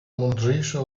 mądrzejsze